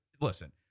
listen